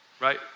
right